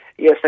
Yes